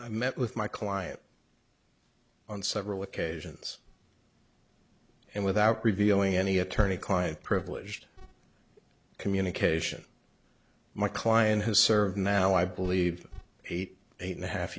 i met with my client on several occasions and without revealing any attorney client privilege communication my client has served now i believe eight eight and a half